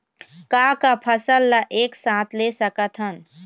का का फसल ला एक साथ ले सकत हन?